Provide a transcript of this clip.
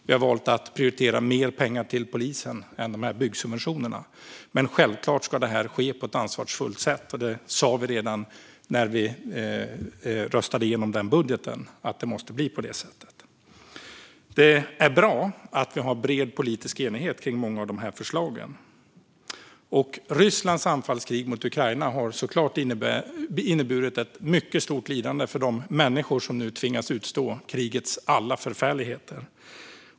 Vi har valt att prioritera mer pengar till polisen än dessa byggsubventioner. Självklart ska dock detta ske på ett ansvarsfullt sätt. Redan när vi röstade igenom budgeten sa vi att det måste bli på det sättet. Det är bra att vi har bred politisk enighet kring många av de här förslagen. Rysslands anfallskrig mot Ukraina har såklart inneburit ett mycket stort lidande för de människor som nu tvingas utstå krigets alla förfärligheter.